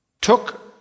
took